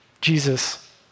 Jesus